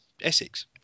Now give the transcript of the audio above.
Essex